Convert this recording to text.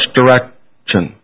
direction